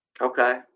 Okay